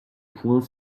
point